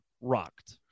rocked